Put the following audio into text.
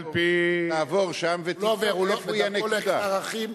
תעבור שם ותקבע איפה תהיה הנקודה.